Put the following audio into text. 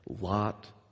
Lot